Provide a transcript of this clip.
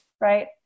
right